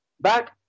back